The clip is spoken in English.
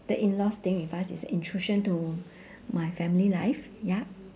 the in laws staying with us is a intrusion to my family life yup